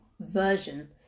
version